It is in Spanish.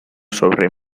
sobre